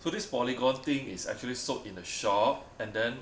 so so so this polygon thing is actually sold in a shop and then